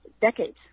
decades